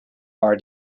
are